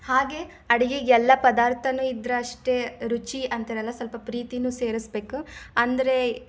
ಹಾಗೆ ಅಡುಗೆಗೆ ಎಲ್ಲ ಪದಾರ್ಥವೂ ಇದ್ದರಷ್ಟೇ ರುಚಿ ಅಂತಿರಲ್ಲ ಸ್ವಲ್ಪ ಪ್ರೀತಿಯೂ ಸೇರಿಸಬೇಕು ಅಂದರೆ